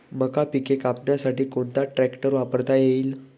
मका पिके कापण्यासाठी कोणता ट्रॅक्टर वापरता येईल?